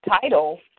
title